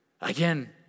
Again